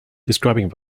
describing